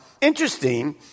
interesting